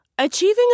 Achieving